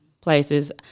places